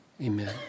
Amen